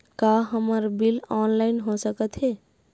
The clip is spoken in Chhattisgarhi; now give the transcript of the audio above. का हमर बिल ऑनलाइन हो सकत हे?